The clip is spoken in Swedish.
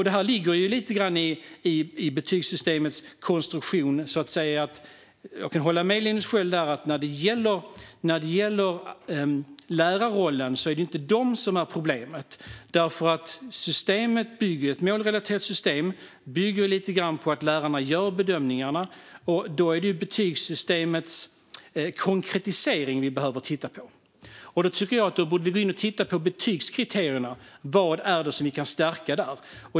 Det ligger lite grann i betygssystemets konstruktion. Jag kan hålla med Linus Sköld om att när det gäller lärarrollen är det inte lärarna som är problemet. Ett målrelaterat system bygger lite grann på att lärarna gör bedömningarna. Det är betygssystemets konkretisering vi behöver titta på. Vi borde gå in och titta på betygskriterierna. Vad är det som vi kan stärka där?